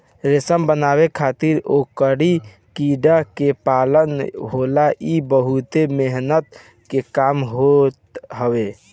रेशम बनावे खातिर ओकरी कीड़ा के पालन होला इ बहुते मेहनत के काम होत हवे